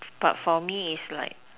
but for me is like